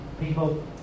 People